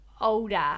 older